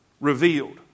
revealed